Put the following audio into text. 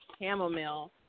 chamomile